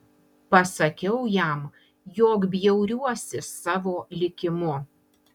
pasakiau jam jog bjauriuosi savo likimu